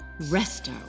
Resto